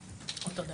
כן, אותו דבר.